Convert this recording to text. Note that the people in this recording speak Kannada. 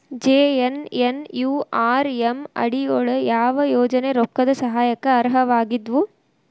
ಜೆ.ಎನ್.ಎನ್.ಯು.ಆರ್.ಎಂ ಅಡಿ ಯೊಳಗ ಯಾವ ಯೋಜನೆ ರೊಕ್ಕದ್ ಸಹಾಯಕ್ಕ ಅರ್ಹವಾಗಿದ್ವು?